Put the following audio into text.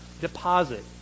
deposit